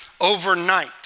overnight